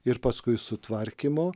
ir paskui sutvarkymo